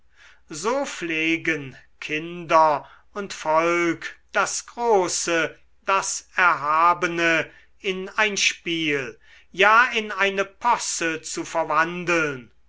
so pflegen kinder und volk das große das erhabene in ein spiel ja in eine posse zu verwandeln